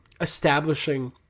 establishing